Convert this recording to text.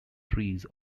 trees